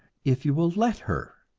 if you will let her!